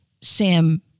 Sam